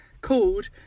called